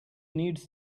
needs